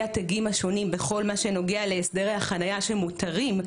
התגים השונים בכל מה שנוגע להסדרי החניה שמותרים,